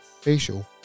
facial